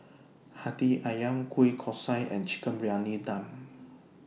Hati Ayam Kueh Kosui and Chicken Briyani Dum